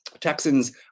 Texans